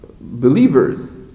believers